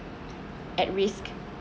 at risk